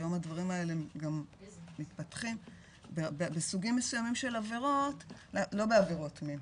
היום הדברים האלה גם מתפתחים בסוגים מסוימים של עבירות לא בעבירות מין,